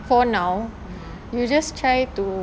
for now you just try to